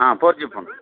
ah four G phone